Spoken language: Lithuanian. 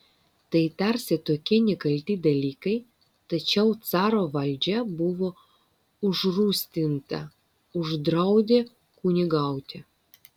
tai tarsi tokie nekalti dalykai tačiau caro valdžia buvo užrūstinta uždraudė kunigauti